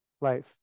life